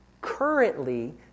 currently